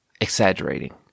exaggerating